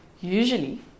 usually